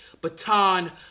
baton